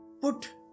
put